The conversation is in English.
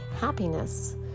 happiness